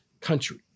country